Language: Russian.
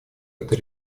этой